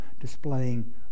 displaying